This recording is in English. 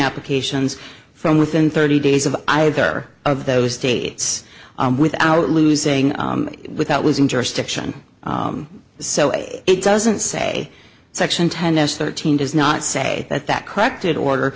applications from within thirty days of either of those states without losing without losing jurisdiction so it doesn't say section ten as thirteen does not say that that corrected order